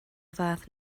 fath